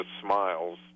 smiles